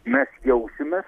mes jausimės